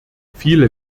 viele